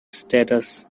status